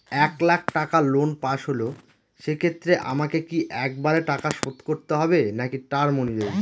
এক লাখ টাকা লোন পাশ হল সেক্ষেত্রে আমাকে কি একবারে টাকা শোধ করতে হবে নাকি টার্ম অনুযায়ী?